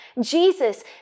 Jesus